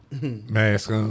Mask